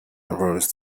aroused